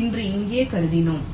என்று இங்கே கருதுகிறோம்